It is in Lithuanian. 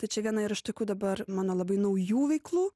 tai čia viena yra iš tokių dabar mano labai naujų veiklų